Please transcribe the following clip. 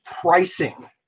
pricing